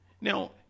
Now